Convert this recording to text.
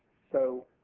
so